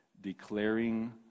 declaring